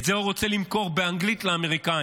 את זה הוא רוצה למכור באנגלית לאמריקאים,